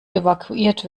evakuiert